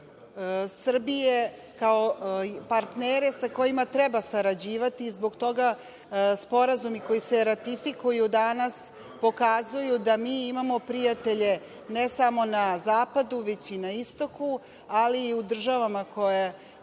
strane Srbije kao partnera sa kojim treba sarađivati. Zbog toga sporazumi koji se ratifikuju danas pokazuju da mi imamo prijatelje ne samo na zapadu, već i na istoku, ali i u državama koje